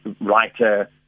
writer